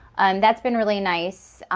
that's been really nice,